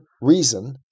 reason